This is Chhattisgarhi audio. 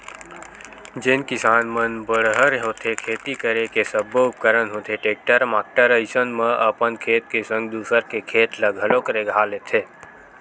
जेन किसान मन बड़हर होथे खेती करे के सब्बो उपकरन होथे टेक्टर माक्टर अइसन म अपन खेत के संग दूसर के खेत ल घलोक रेगहा लेथे